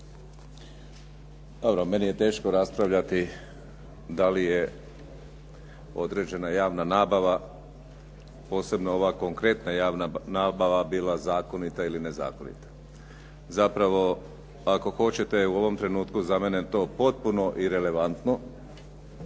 kolege. Meni je teško raspravljati da li je određena javna nabava posebno ova konkretna javna nabava bila zakonita ili nezakonita. Zapravo, ako hoćete u ovom trenutku za mene je to potpuno irelevantno